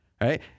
right